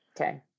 Okay